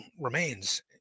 remains